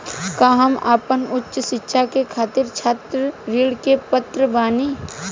का हम आपन उच्च शिक्षा के खातिर छात्र ऋण के पात्र बानी?